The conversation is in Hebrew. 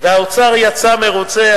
והאוצר יצא מרוצה.